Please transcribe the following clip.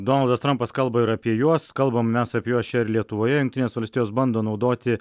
donaldas trampas kalba ir apie juos kalbam mes apie juos čia ir lietuvoje jungtinės valstijos bando naudoti